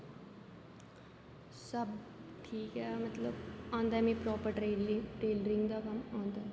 सब ठीक ऐ मतलब आंदा ऐ मिगी टैलरिंग दा कम्म